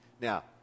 Now